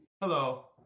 Hello